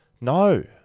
No